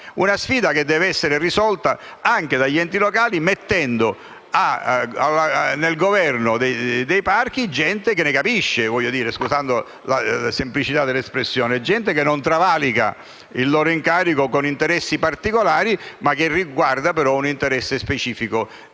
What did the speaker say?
Una sfida che deve essere risolta anche dagli enti locali, mettendo al governo dei parchi gente che ne capisca (e mi si perdoni la semplicità dell'espressione), che non travalichi il proprio incarico per interessi particolari, ma che abbia riguardo ad un interesse specifico